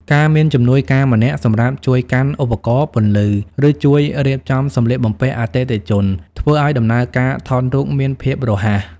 ការមានជំនួយការម្នាក់សម្រាប់ជួយកាន់ឧបករណ៍ពន្លឺ ឬជួយរៀបចំសម្លៀកបំពាក់អតិថិជន ធ្វើឱ្យដំណើរការថតរូបមានភាពរហ័ស។